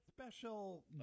Special